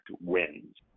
wins